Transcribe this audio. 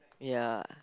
ya